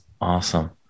awesome